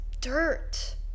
dirt